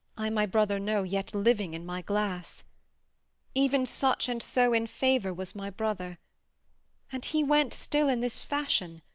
i my brother know yet living in my glass even such and so in favour was my brother and he went still in this fashion,